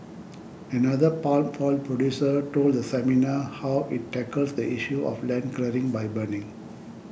another palm oil producer told the seminar how it tackles the issue of land clearing by burning